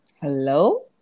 Hello